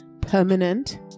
permanent